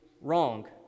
wrong